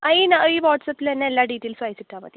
ആ ഈ ഈ വാട്ട്സ്ആപ്പിലെന്നെ എല്ലാ ഡീറ്റെയിൽസും അയച്ചിട്ടാൽ മതി